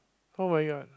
oh-my-god